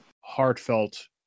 heartfelt